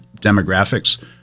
demographics